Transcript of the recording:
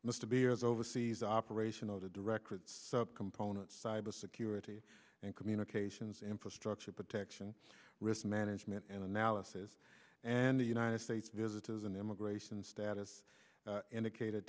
mr beers oversees operational to direct subcomponents cyber security and communications infrastructure protection risk management and analysis and the united states visitors and immigration status indicated